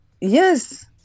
Yes